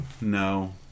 No